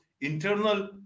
internal